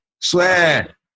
Swear